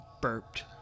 burped